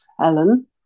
Ellen